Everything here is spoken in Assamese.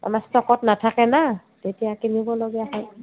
আমাৰ ষ্টকত নাথাকে নহ্ তেতিয়া কিনিবলগীয়া হয়